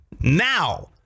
Now